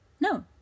no